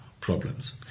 problems